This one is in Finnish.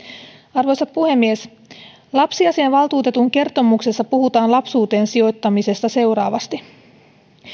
arvoisa puhemies lapsiasiainvaltuutetun kertomuksessa puhutaan lapsuuteen sijoittamisesta seuraavasti